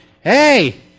Hey